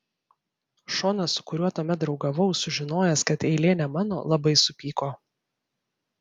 šonas su kuriuo tuomet draugavau sužinojęs kad eilė ne mano labai supyko